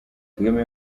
kagame